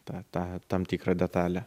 tą tą tam tikrą detalę